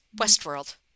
Westworld